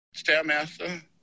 Stairmaster